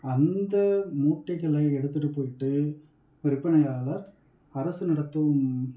அந்த மூட்டைகளை எடுத்துகிட்டு போய்விட்டு விற்பனையாளர் அரசு நடத்தும்